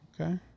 Okay